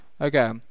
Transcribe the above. okay